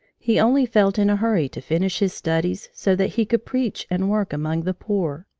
he only felt in a hurry to finish his studies so that he could preach and work among the poor.